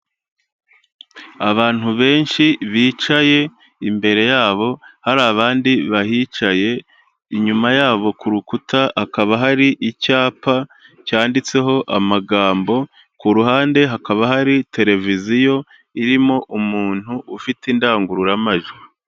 Abantu benshi bicaye, imbere yabo hari abandi bahicaye, inyuma yabo ku rukuta hakaba hari icyapa cyanditseho amagambo, ku ruhande hakaba hari televiziyo irimo umuntu ufite indangururamajwi.